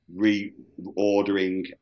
reordering